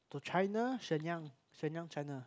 to China Shenyang Shenyang China